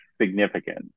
significant